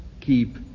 keep